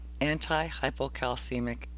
Anti-hypocalcemic